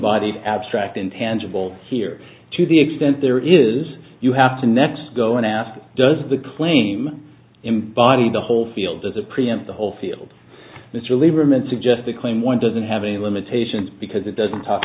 disinvited abstract intangible here to the extent there is you have to next go and ask does the claim embody the whole field as a preempt the whole field mr lieberman suggest the claim one doesn't have any limitations because it doesn't talk